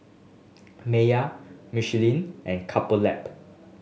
Mayer Michelin and Couple Lab